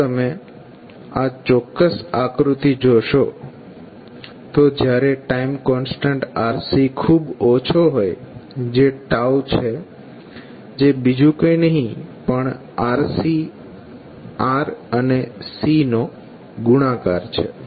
જો તમે આ ચોક્ક્સ આકૃતિ જોશો તો જ્યારે ટાઈમ કોન્સ્ટન્ટ RC ખૂબ ઓછો હોય જે છે જે બીજુ કઇ નહી પણ RC R અને Cનો ગુણાકાર છે